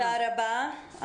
תודה רבה.